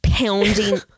pounding